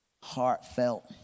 heartfelt